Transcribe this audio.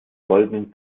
goldenen